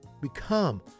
become